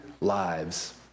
lives